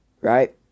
Right